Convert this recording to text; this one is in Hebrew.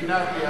חולה נפש.